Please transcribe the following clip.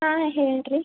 ಹಾಂ ಹೇಳ್ರಿ